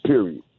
Period